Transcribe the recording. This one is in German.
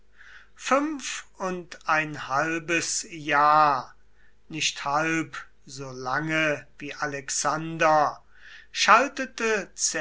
fünf und ein halbes jahr nicht halb so lange wie alexander schaltete